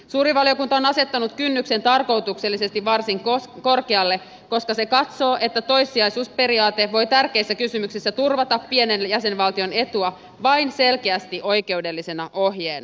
suuri valiokunta on asettanut kynnyksen tarkoituksellisesti varsin korkealle koska se katsoo että toissijaisuusperiaate voi tärkeissä kysymyksissä turvata pienen jäsenvaltion etua vain selkeästi oikeudellisena ohjeena